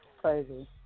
Crazy